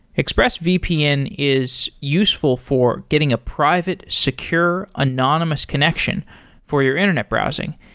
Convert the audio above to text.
expressvpn is useful for getting a private, secure, anonymous connection for your internet browsing.